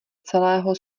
celého